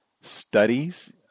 studies